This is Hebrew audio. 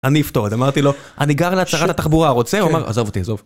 אני אפתור, אז אמרתי לו, אני גר ליד שרת התחבורה, רוצה? הוא אמר, עזוב אותי, עזוב.